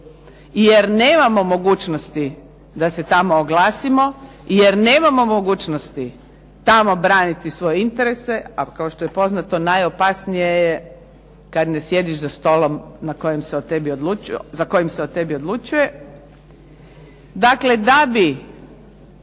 jer nemamo mogućnosti da se tamo oglasimo, jer nemamo mogućnosti tamo braniti svoje interese, a kao što je poznato najopasnije je kad ne sjediš za stolom za kojim se o tebi odlučuje. Dakle da bi